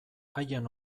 haien